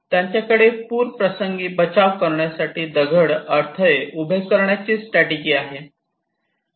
त्यांच्याकडे पूरप्रसंगी बचाव करण्यासाठी दगड अडथळे उभे करण्याची स्ट्रॅटेजी आहे